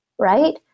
right